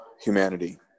humanity